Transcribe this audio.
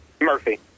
Murphy